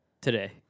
Today